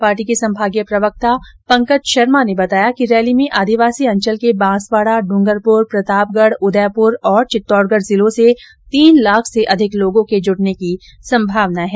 party के संभागीय प्रवक्ता पंकज शर्मा ने बताया कि रैली में आदिवासी अंचल के बांसवाडा ड्रंगरपुर प्रतापगढ उदयपुर और चित्तौडगढ जिलों से तीन लाख से अधिक लोगों के जुटने की संभावना है